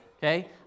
Okay